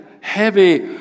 heavy